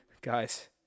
guys